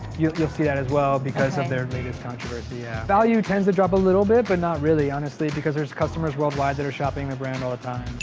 you'll you'll see that as well because of their latest controversy, yeah. value tends to drop a little bit, but not really, honestly, because there's customers worldwide that are shopping the brand all the time.